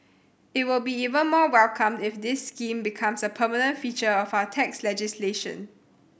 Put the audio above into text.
it will be even more welcomed if this scheme becomes a permanent feature of our tax legislation